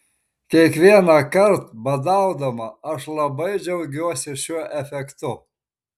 kiekvienąkart badaudama aš labai džiaugiuosi šiuo efektu